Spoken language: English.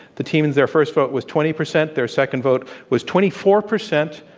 the team, and their first vote was twenty percent, their second vote was twenty four percent.